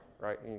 right